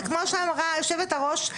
וכמו שאמרה יושבת הראש,